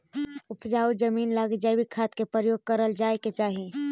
उपजाऊ जमींन लगी जैविक खाद के प्रयोग करल जाए के चाही